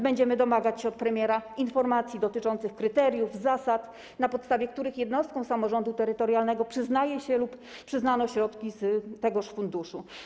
Będziemy domagać się od premiera informacji dotyczących kryteriów, zasad, na podstawie których jednostkom samorządu terytorialnego przyznaje się lub przyznano środki z tegoż funduszu.